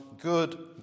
good